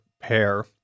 pair